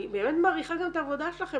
אני באמת מעריכה גם את העבודה שלכם,